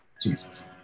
Jesus